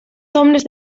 hombres